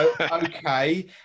Okay